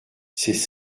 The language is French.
ces